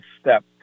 step